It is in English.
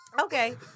Okay